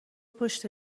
پشت